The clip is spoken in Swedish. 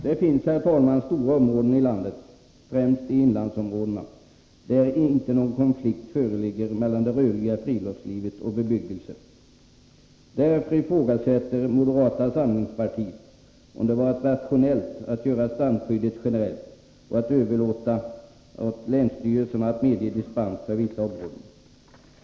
Det finns, herr talman, stora områden i landet, främst i inlandsområdena, där inte någon konflikt föreligger mellan det rörliga friluftslivet och bebyggelsen. Därför ifrågasätter moderata samlingspartiet om det varit rationellt att göra strandskyddet generellt och att överlåta åt länsstyrelserna att medge dispens för vissa områden.